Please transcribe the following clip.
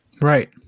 Right